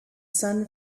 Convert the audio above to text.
sun